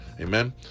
amen